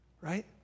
right